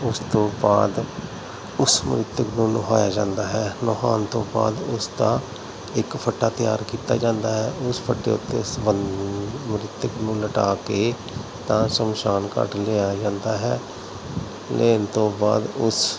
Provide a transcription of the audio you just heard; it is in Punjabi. ਉਸ ਤੋਂ ਬਾਅਦ ਉਸ ਮ੍ਰਿਤਕ ਨੂੰ ਨਹਾਇਆ ਜਾਂਦਾ ਹੈ ਨਹਾਉਣ ਤੋਂ ਬਾਅਦ ਉਸ ਦਾ ਇੱਕ ਫੱਟਾ ਤਿਆਰ ਕੀਤਾ ਜਾਂਦਾ ਹੈ ਉਸ ਫੱਟੇ ਉੱਤੇ ਉਸ ਬੰਦੇ ਮ੍ਰਿਤਕ ਨੂੰ ਲਿਟਾ ਕੇ ਤਾਂ ਸ਼ਮਸ਼ਾਨ ਘਾਟ ਲਿਆਇਆ ਜਾਂਦਾ ਹੈ ਲੇਨ ਤੋਂ ਬਾਅਦ ਉਸ